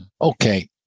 Okay